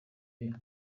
iyo